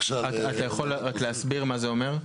תומר, אתה יכול רק להסביר שוב מה זה אומר?